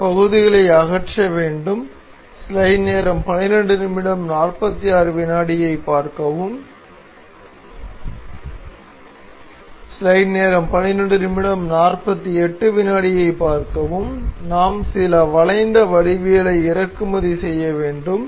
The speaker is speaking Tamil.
இந்த பகுதிகளை அகற்ற வேண்டும் நாம் சில வளைந்த வடிவவியலை இறக்குமதி செய்ய வேண்டும்